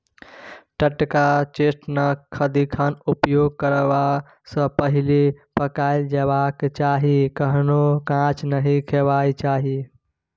टटका चेस्टनट सदिखन उपयोग करबा सँ पहिले पकाएल जेबाक चाही कखनहुँ कांच नहि खेनाइ चाही